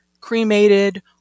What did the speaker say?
cremated